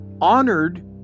honored